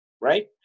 right